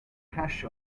crush